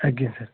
ଆଜ୍ଞା ସାର୍